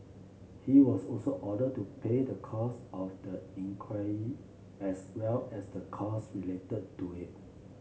he was also ordered to pay the costs of the inquiry as well as the costs related to it